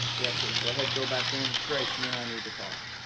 yeah, katie, go ahead, go back in. grace, you and i need to talk.